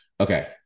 Okay